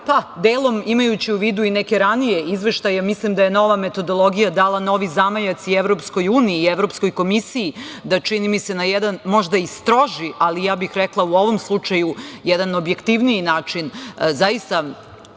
Pa, delom imajući u vidu i neke ranije izveštaje, mislim da je nova metodologija dala novi zamajac i Evropskoj uniji i Evropskoj komisiji da čini mi se da na jedan možda i stroži, ali ja bih rekla u ovom slučaju jedan objektivniji način, zaista